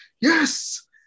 yes